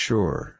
Sure